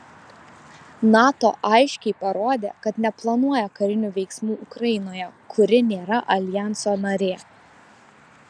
nato aiškiai parodė kad neplanuoja karinių veiksmų ukrainoje kuri nėra aljanso narė